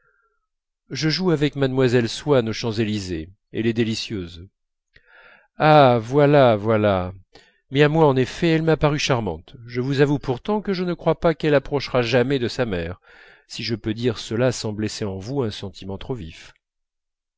je joue avec mlle swann aux champs-élysées elle est délicieuse ah voilà voilà mais à moi en effet elle m'a paru charmante je vous avoue pourtant que je ne crois pas qu'elle approchera jamais de sa mère si je peux dire cela sans blesser en vous un sentiment trop vif